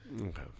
Okay